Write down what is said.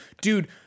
dude